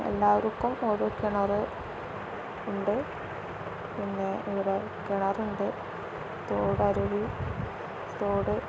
എല്ലാവർക്കും ഓരോ കിണർ ഉണ്ട് പിന്നെ ഇവിടെ കിണർ ഉ തോട് അരുവി തോട്